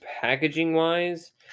Packaging-wise